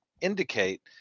indicate